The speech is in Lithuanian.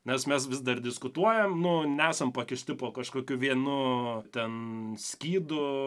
nes mes vis dar diskutuojam nuonesam pakišti po kažkokiu vienu ten skydu